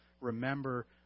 remember